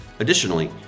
Additionally